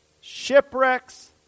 Shipwrecks